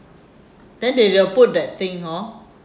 then they they'll put that thing hor